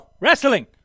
Wrestling